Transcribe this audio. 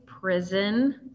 prison